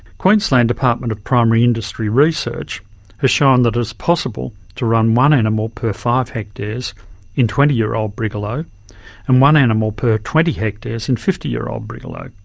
queensland department of primary industry research has shown that it is possible to run one animal per five hectares in twenty year old brigalow and one animal per twenty hectares in fifty year old brigalow.